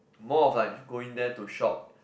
more of like going there to shop